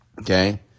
okay